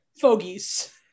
fogies